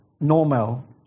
normal